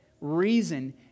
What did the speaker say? reason